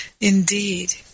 Indeed